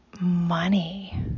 money